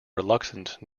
reluctant